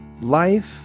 life